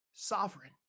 Sovereign